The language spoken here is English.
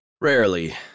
Rarely